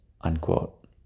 unquote